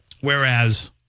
Whereas